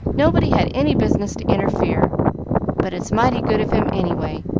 nobody had any business to interfere but it's mighty good of him, anyway,